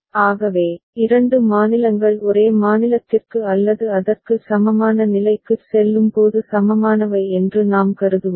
ஆகவே இரண்டு மாநிலங்கள் ஒரே மாநிலத்திற்கு அல்லது அதற்கு சமமான நிலைக்குச் செல்லும்போது சமமானவை என்று நாம் கருதுவோம்